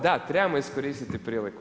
Da trebamo iskoristiti priliku.